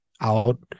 out